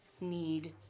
need